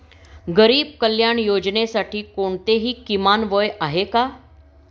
गरीब कल्याण योजनेसाठी कोणतेही किमान वय आहे का?